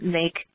make